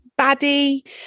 baddie